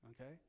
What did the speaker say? okay